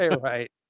Right